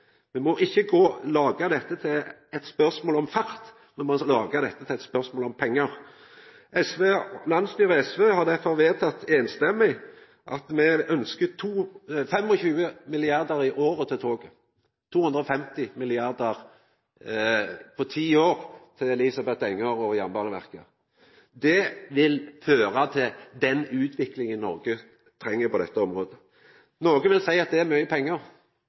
Me må ikkje laga dette til eit spørsmål om fart, me må laga dette til eit spørsmål om pengar. Landsstyret i SV har derfor samrøystes vedtatt at me ønskjer 25 mrd. kr i året til tog, 250 mrd. kr på ti år til Elisabeth Enger og Jernbaneverket. Det vil føra til den utviklinga Noreg treng på dette området. Nokre vil seia at det er mykje pengar.